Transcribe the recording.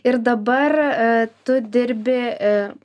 ir dabar tu dirbi